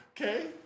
Okay